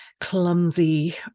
clumsy